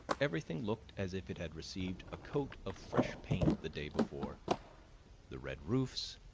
everything looked as if it had received a coat of fresh paint the day before the red roofs,